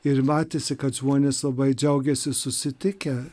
ir matėsi kad žmonės labai džiaugiasi susitikę